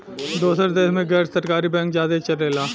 दोसर देश मे गैर सरकारी बैंक ज्यादे चलेला